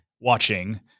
watching